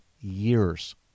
years